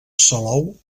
salou